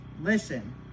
Listen